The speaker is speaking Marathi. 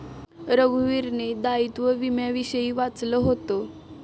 रघुवीरने दायित्व विम्याविषयी वाचलं होतं